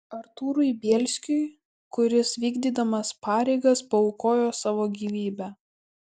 artūrui bielskiui kuris vykdydamas pareigas paaukojo savo gyvybę